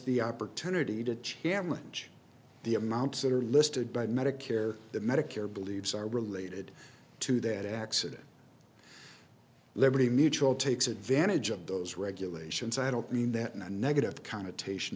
the opportunity to challenge the amounts that are listed by medicare the medicare believes are related to that accident liberty mutual takes advantage of those regulations i don't mean that in a negative connotation